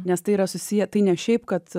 nes tai yra susiję tai ne šiaip kad